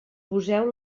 poseu